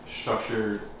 structured